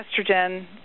estrogen